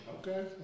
Okay